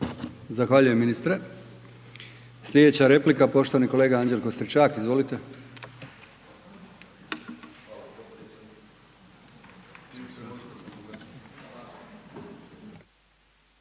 Zahvaljujem ministre. Slijedeća replika poštovni kolega Anđelko Stričak, izvolite.